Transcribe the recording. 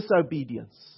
disobedience